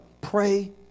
pray